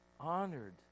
honored